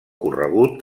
corregut